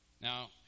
Now